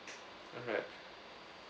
alright